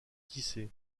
tissé